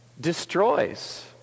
destroys